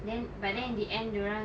then but then in the end dorang